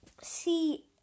see